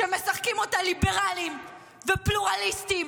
שמשחקים אותה ליברלים ופלורליסטים